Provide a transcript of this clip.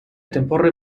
tempore